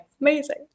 amazing